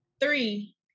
Three